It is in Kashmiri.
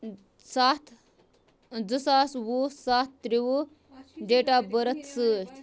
ستھ زٕ ساس وُہ ستھ ترٛووُہ ڈیٹ آف بٔرِتھ سۭتۍ